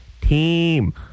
Team